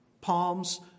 palms